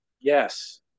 Yes